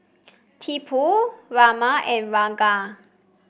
Tipu Raman and Ranga